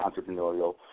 entrepreneurial